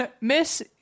miss